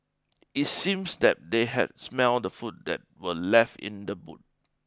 it seems that they had smelt the food that were left in the boot